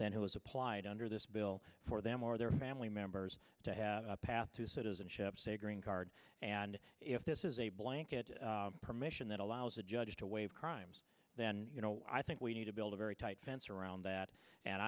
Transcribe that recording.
then who has applied under this bill for them or their family members to have a path to citizenship say a green card and if this is a blanket permission that allows a judge to waive crimes then i think we need to build a very tight fence around that and